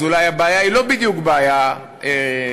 אז אולי הבעיה היא לא בדיוק בעיה רפואית.